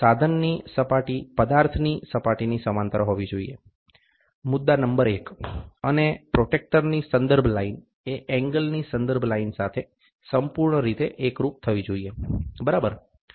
સાધનની સપાટી પદાર્થની સપાટીની સમાંતર હોવી જોઈએ મુદ્દા નંબર 1 અને પ્રોટેક્ટરની સંદર્ભ લાઇન એ એંગલની સંદર્ભ લાઇન સાથે સંપૂર્ણ રીતે એકરૂપ થવી જોઈએ બરાબર